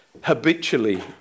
Habitually